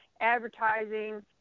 advertising